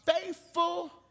faithful